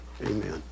Amen